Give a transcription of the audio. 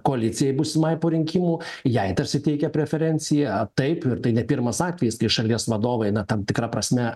koalicijai būsimai po rinkimų jai tarsi teikia preferenciją taip ir tai ne pirmas atvejis kai šalies vadovai na tam tikra prasme